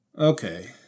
Okay